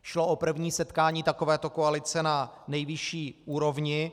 Šlo o první setkání takovéto koalice na nejvyšší úrovni.